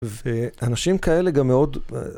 ‫ואנשים כאלה גם מאוד...